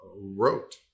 wrote